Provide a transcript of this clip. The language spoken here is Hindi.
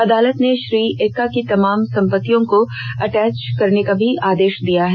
अदालत ने श्री एक्का की तमाम संपत्तियों को अटैच करने का भी आदेष दिया है